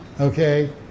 okay